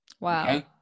Wow